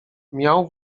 miał